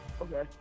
Okay